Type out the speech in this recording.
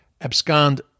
abscond